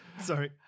Sorry